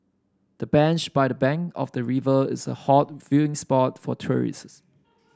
the bench by the bank of the river is a hot viewing spot for tourists